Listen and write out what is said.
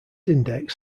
index